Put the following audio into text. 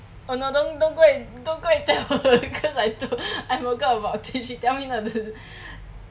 oh no don't go don't go and tell cause I forgot about it she tell me not to